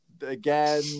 again